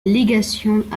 légation